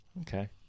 Okay